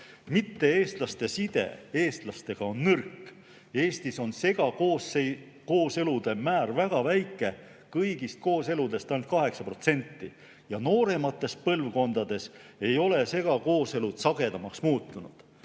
Mitte-eestlaste side eestlastega on nõrk. Eestis on segakooselude määr väga väike, kõigist kooseludest ainult 8%, ja nooremates põlvkondades ei ole segakooselud sagedamaks muutunud.